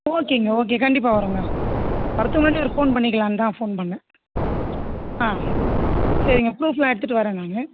ஓகேங்க ஓகே கண்டிப்பாக வரோங்க வரதுக்கு முன்னாடி ஒரு ஃபோன் பண்ணிக்கலாம்ன்னு தான் ஃபோன் பண்ணேன் ஆ சரிங்க ப்ரூஃப்பெலாம் எடுத்துகிட்டு வரேன் நான்